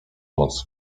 moc